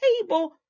table